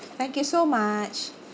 thank you so much